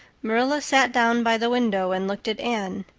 marilla sat down by the window and looked at anne.